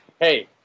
hey